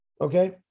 Okay